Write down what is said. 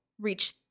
reach